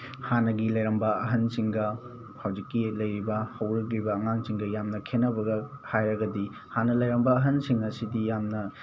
ꯍꯥꯟꯅꯒꯤ ꯂꯩꯔꯝꯕ ꯑꯍꯟꯁꯤꯡꯒ ꯍꯧꯖꯤꯛꯀꯤ ꯂꯩꯔꯤꯕ ꯍꯧꯔꯛꯂꯤꯕ ꯑꯉꯥꯡꯁꯤꯡꯒ ꯌꯥꯝꯅ ꯈꯦꯠꯅꯕꯒ ꯍꯥꯏꯔꯒꯗꯤ ꯍꯥꯟꯅ ꯂꯩꯔꯝꯕ ꯑꯍꯟꯁꯤꯡ ꯑꯁꯤꯗꯤ ꯌꯥꯝꯅ